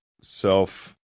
self